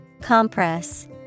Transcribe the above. Compress